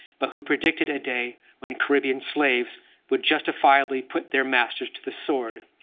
but who predicted a day when caribbean slaves would justifiably put their masters to the sword.